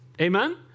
Amen